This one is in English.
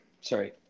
Sorry